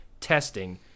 testing